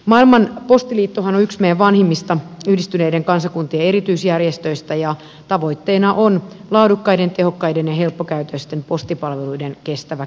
maailman postiliittohan on yksi meidän vanhimmista yhdistyneiden kansakuntien erityisjärjestöistä ja tavoitteena on laadukkaiden tehokkaiden ja helppokäyttöisten postipalveluiden kestävä kehitys